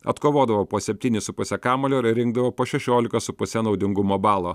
atkovodavo po septynis su puse kamuolio ir rinkdavo po šešiolika su puse naudingumo balo